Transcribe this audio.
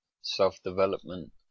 self-development